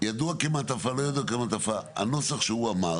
ידוע כמעטפה לא ידוע כמעטפה, הנוסח שהוא אמר